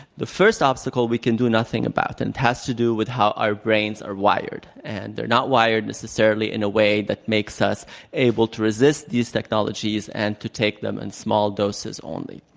the first obstacle we can do nothing about and has to do with how our brains are wired. and they're not wired necessarily in a way that makes us able to resist these technologies and to take them in and small doses only.